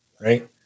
right